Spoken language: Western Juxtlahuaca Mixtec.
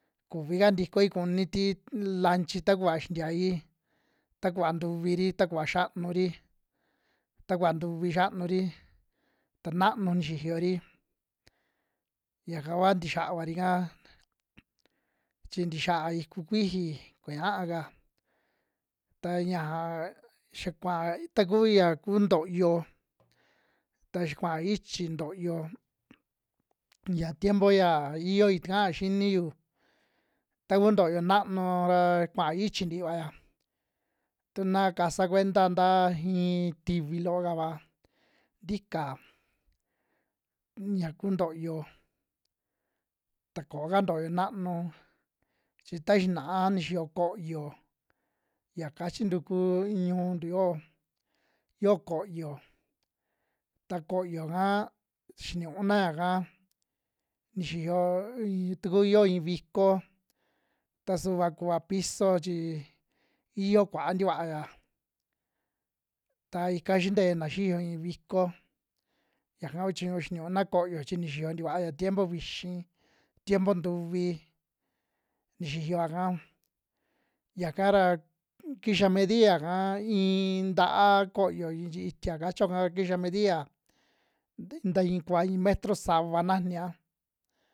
Kuvika ntikoi kuni ti lanchi ta kuva xintiai ta kuva ntuviri, ta kuva xianuri, ta kuva ntuvi xianuri, ta naanu nixiyori yaka kua ntixiaari ka chi ntixia ikuu kuiji kuñaaka, ta ñaja xa kua taku ya kuu ntoyo ta xia kuaa ichi ntoyo xia tiempo xia iyoi taka xiniyu taku ntoyo naanu ra kuaa ichi ntivuaya tuna kasao kuenta nta iin tivi loo kava ntika ya kuu ntoyo, ta kooka ntoyo naanu chi ta xinaa nixiyo kooyo ya kachintu kuu ñu'untu yo'o, yo koyo ta koyo'ka xiniuna yaka ni xiyo iin taku yoo ii viko, ta sua kua piso chi iyo kuaa ntikuaya ta ika xintena xiyo iin viko, yaka kuu chiñu xinuuna koyo chi nixiyo tikuya tiempo vixi, tiempo ntuvi nixiyoa'ka yaka ra kixa media'ka iin nta'a koyo ich- itia kacho'ka kixa mediya ntai nta iin kuva iin metro sava najnia.